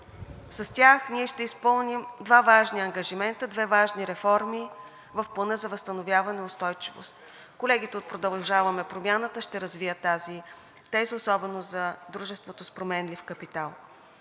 с тях ние ще изпълним два важни ангажимента, две важни реформи в Плана за възстановяване и устойчивост. Колегите от „Продължаваме Промяната“ ще развият тази теза, особено за дружеството с променлив капитал.